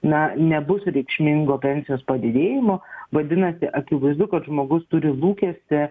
na nebus reikšmingo pensijos padidėjimo vadinasi akivaizdu kad žmogus turi lūkestį